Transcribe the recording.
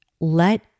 let